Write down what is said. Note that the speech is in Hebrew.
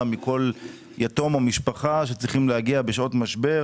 מכל יתום או משפחה שצריכים להגיע בשעות משבר